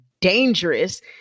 dangerous